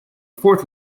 fourth